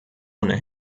ohne